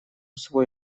свой